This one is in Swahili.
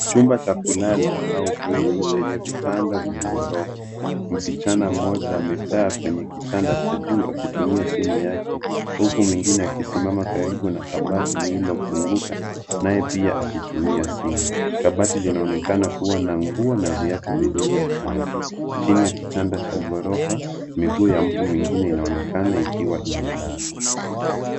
Chumba cha kulala au bweni, chenye vitanda vya ghorofa. Msichana mmoja amekaa kwenye kitanda cha juu akitumia simu yake, huku mwingine akisimama karibu na kabati lililofunguka naye pia akitumia simu. Kabati linaonekana kuwa na nguo na viatu vilivyopangwa. Chini ya kitanda cha ghorofa, miguu ya mtu mwingine inaonekana ikiwa imelala.